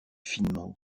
finement